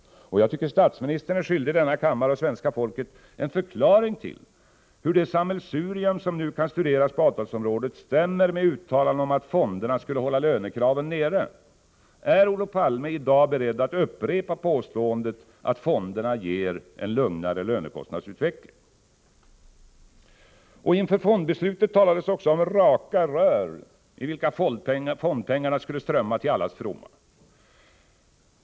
Jag tycker att statsministern är skyldig denna kammare och svenska folket en förklaring till hur det sammelsurium som nu kan studeras på avtalsområdet stämmer med uttalandena om att fonderna skulle hålla lönekraven nere. Är Olof Palme i dag beredd att upprepa påståendet att fonderna ger en lugnare lönekostnadsutveckling? Inför fondbeslutet talades också om ”raka rör” i vilka fondpengarna skulle strömma till allas fromma.